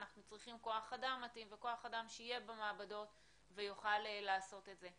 אנחנו צריכים כוח אדם מתאים וכוח אדם שיהיה במעבדות ויוכל לעשות את זה.